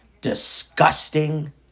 disgusting